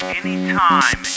anytime